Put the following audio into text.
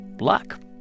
luck